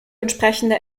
entsprechende